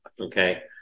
okay